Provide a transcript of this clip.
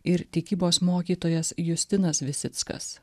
ir tikybos mokytojas justinas visickas